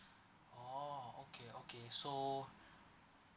oh okay okay so